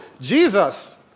Jesus